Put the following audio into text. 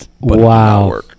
wow